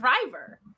driver